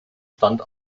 stand